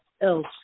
else